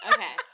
Okay